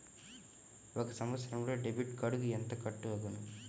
ఒక సంవత్సరంలో డెబిట్ కార్డుకు ఎంత కట్ అగును?